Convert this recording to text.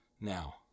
now